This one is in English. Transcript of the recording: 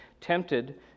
tempted